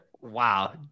Wow